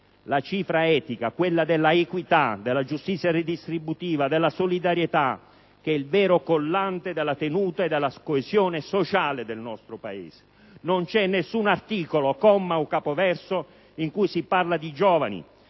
la cifra etica, quella dell'equità, della giustizia redistributiva, della solidarietà, che è il vero collante della tenuta e della coesione sociale del nostro Paese. *(Richiami del Presidente)*. Non c'è nessun articolo, comma o capoverso in cui si parli di giovani;